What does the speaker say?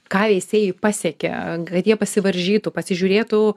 ką veisėjai pasiekė kad jie pasivaržytų pasižiūrėtų